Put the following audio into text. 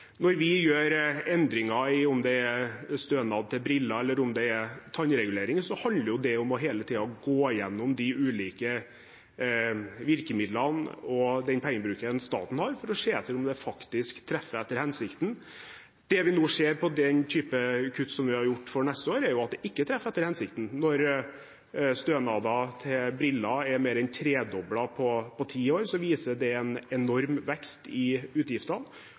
Når vi gjør endringer, om det er stønad til briller eller tannregulering, handler det om hele tiden å gå igjennom de ulike virkemidlene og den pengebruken som staten har, for å se etter om det faktisk treffer etter hensikten. Det vi nå ser når det gjelder den typen kutt vi har gjort for neste år, er at det ikke treffer etter hensikten. Når stønaden til briller er mer enn tredoblet på ti år, viser det en enorm vekst i utgiftene.